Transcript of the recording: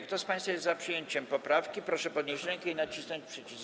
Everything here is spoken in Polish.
Kto z państwa jest za przyjęciem poprawki, proszę podnieść rękę i nacisnąć przycisk.